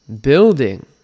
building